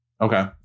Okay